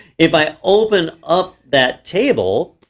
if i open up that table,